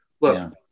Look